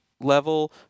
level